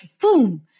boom